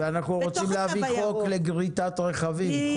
ואנחנו רוצים להעביר חוק לגריטת רכבים.